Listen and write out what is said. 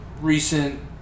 recent